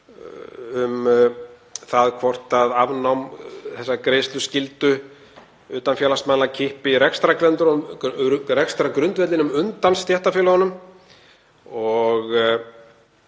um það hvort afnám þessarar greiðsluskyldu utanfélagsmanna kippi rekstrargrundvellinum undan stéttarfélögunum.